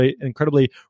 incredibly